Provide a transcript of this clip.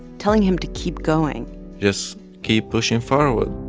telling him to keep going just keep pushing forward